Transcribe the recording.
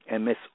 Ms